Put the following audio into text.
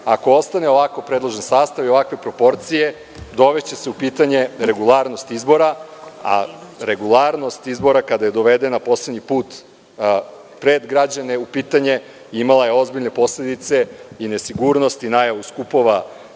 ako ostane ovako predložen sastav i ovakve proporcije, dovešće se u pitanje regularnost izbora, a regularnost izbora kada je dovedena poslednji put pred građane u pitanje, imala je ozbiljne posledice i nesigurnost i najavu skupova,